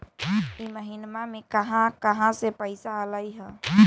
इह महिनमा मे कहा कहा से पैसा आईल ह?